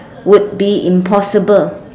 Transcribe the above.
would be impossible